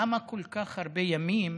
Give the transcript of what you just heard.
למה כל כך הרבה ימים